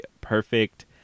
perfect